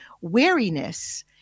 wariness